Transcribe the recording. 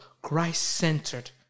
Christ-centered